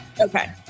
okay